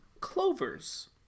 Clovers